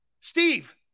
Steve